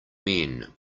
men